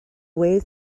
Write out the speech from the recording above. way